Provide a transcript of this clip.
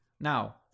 Now